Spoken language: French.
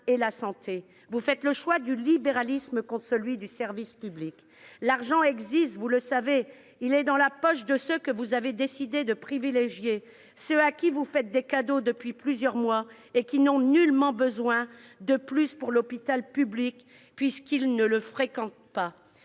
et la santé. Vous faites le choix du libéralisme contre celui du service public. L'argent existe, vous le savez, il est dans la poche de ceux que vous avez décidé de privilégier, ceux à qui vous faites des cadeaux depuis plusieurs mois et qui n'ont nullement besoin de plus pour l'hôpital public, puisqu'ils ne le fréquentent pas.